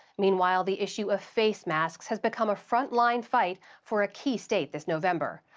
meanwhile, the issue of face masks has become a front-line fight for a key state this november.